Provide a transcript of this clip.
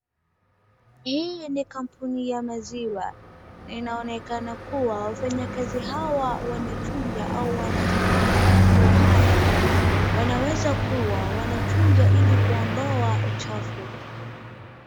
Hii ni kampuni ya maziwa , na inaonekana kuwa wafanya kazi hawa wanachunja au wanachakata maziwa haya . wanaweza kuwa wanachunja ili kuondoa uchafu